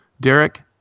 Derek